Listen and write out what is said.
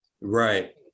right